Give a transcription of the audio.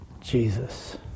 Jesus